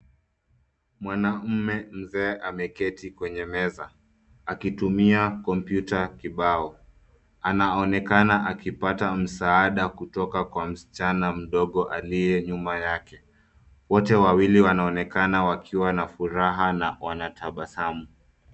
Mwanaume mzee ameketi kwenye meza, akitumia kompyuta kibao. Anaonekana akipata msaada kutoka kwa msichana mdogo aliye nyuma yake. Wote wawili wanaonekana wakiwa na furaha na wanatabasamu.